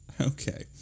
Okay